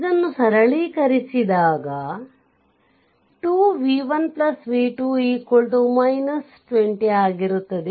ಇದನ್ನು ಸರಳೀಕರಿದಾಗ 2 v1 v2 20 ಆಗುತ್ತದೆ